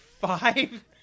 five